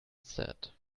said